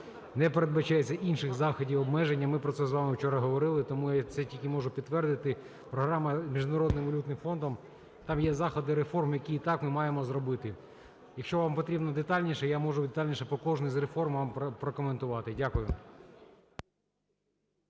не передбачається інших заходів обмежень. І ми про це з вами вчора говорили, тому я це тільки можу підтвердити. Програма Міжнародним валютним фондом, там є заходи реформ, які і так ми маємо зробити. Якщо вам потрібно детальніше, я можу детальніше по кожній з реформ вам прокоментувати. Дякую.